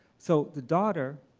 so the daughter,